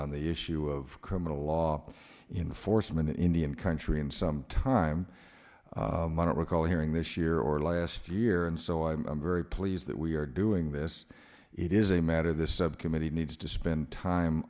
on the issue of criminal law enforcement in indian country in some time i don't recall hearing this year or last year and so i'm very pleased that we are doing this it is a matter this committee needs to spend time